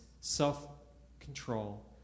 self-control